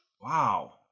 Wow